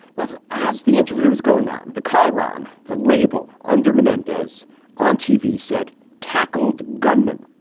that's as the interview was going on. the kyron, the label under menendez on tv said tackled gunman,